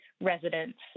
residents